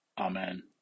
Amen